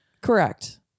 Correct